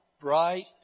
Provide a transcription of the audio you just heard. bright